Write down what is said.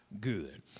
good